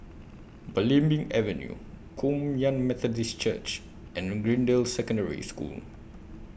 Belimbing Avenue Kum Yan Methodist Church and Greendale Secondary School